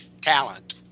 talent